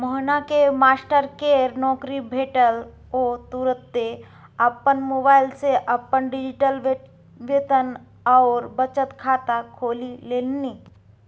मोहनकेँ मास्टरकेर नौकरी भेटल ओ तुरते अपन मोबाइल सँ अपन डिजिटल वेतन आओर बचत खाता खोलि लेलनि